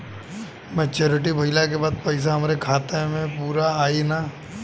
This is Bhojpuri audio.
मच्योरिटी भईला के बाद पईसा हमरे खाता म पूरा आई न?